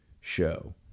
show